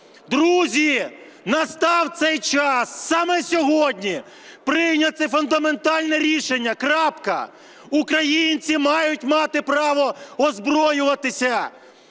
Друзі, настав цей час саме сьогодні прийняти фундаментальне рішення. Крапка. Українці мають мати право озброюватися